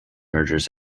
mergers